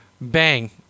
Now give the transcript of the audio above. bang